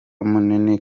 munini